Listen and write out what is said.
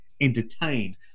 entertained